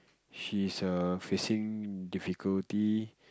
she's err facing difficulty